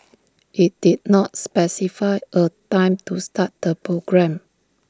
IT did not specify A time to start the programme